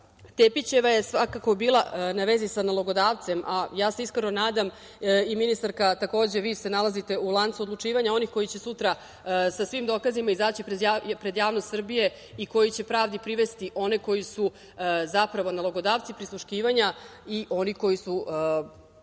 Tepićeva je svakako bila na vezi sa nalogodavcem, a ja se iskreno nadam i ministarka, takođe, vi se nalazite u lancu odlučivanja onih koji će sutra sa svim dokazima izaći pred javnost Srbije i koji će pravdi privesti one koji su, zapravo nalogodavci prisluškivanja i oni koji su